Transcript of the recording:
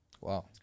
Wow